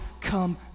come